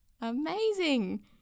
Amazing